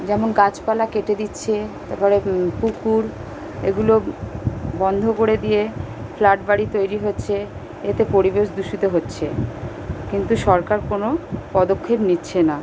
যেমন গাছপালা কেটে দিচ্ছে তারপরে পুকুর এগুলো বন্ধ করে দিয়ে ফ্ল্যাট বাড়ি তৈরি হচ্ছে এতে পরিবেশ দূষিত হচ্ছে কিন্তু সরকার কোনও পদক্ষেপ নিচ্ছে না